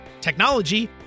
technology